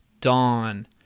dawn